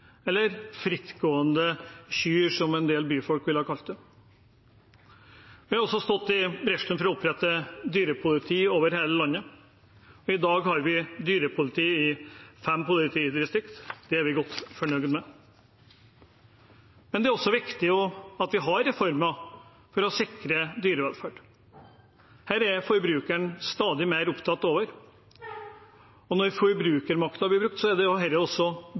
eller frittgående kyr, som en del byfolk ville ha kalt det. Vi har også gått i bresjen for å opprette dyrepoliti over hele landet, og i dag har vi dyrepoliti i fem politidistrikter; det er vi godt fornøyd med. Men det er også viktig at vi har reformer for å sikre dyrevelferd. Dette er forbrukeren stadig mer opptatt av, og når forbrukermakten blir brukt, er det også bra for norsk landbruk. Norske dyr skal ha det bra, også